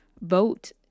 vote